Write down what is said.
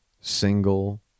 single